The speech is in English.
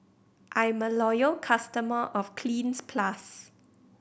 I'm a loyal customer of Cleanz Plus